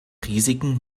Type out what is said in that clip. risiken